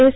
S